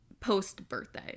post-birthday